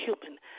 human